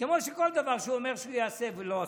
כמו כל דבר שהוא אומר שהוא יעשה ולא עשה.